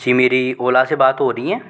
जी मेरी ओला से बात हो रही है